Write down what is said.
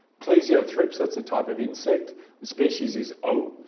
plesiothrips, that's a type of insect. the species is o,